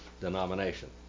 denomination